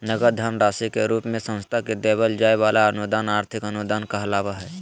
नगद धन राशि के रूप मे संस्था के देवल जाय वला अनुदान आर्थिक अनुदान कहलावय हय